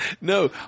no